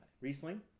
Riesling